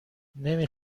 نمی